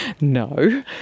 No